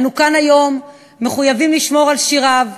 אנו כאן היום מחויבים לשמור על שיריו,